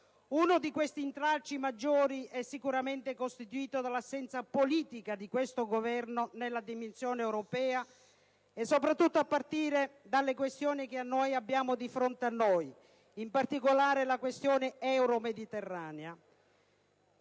Uno dei maggiori intralci è sicuramente costituito da un'assenza politica di questo Governo nella dimensione europea, e soprattutto a partire dalle questioni che abbiamo di fronte a noi. Mi riferisco, in particolare, alla questione euromediterranea.